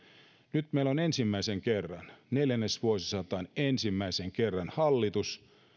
nyt meillä on ensimmäisen kerran neljännesvuosisataan ensimmäisen kerran hallitus